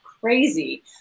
crazy